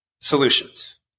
solutions